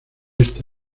esta